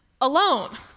alone